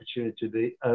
opportunity